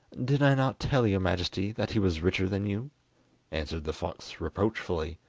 did i not tell your majesty that he was richer than you answered the fox reproachfully.